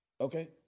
Okay